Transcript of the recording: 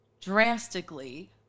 drastically